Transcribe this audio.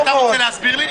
אתה רוצה להסביר לי?